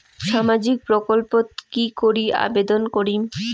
সামাজিক প্রকল্পত কি করি আবেদন করিম?